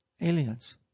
aliens